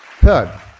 Third